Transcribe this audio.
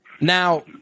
Now